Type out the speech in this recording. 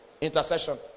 intercession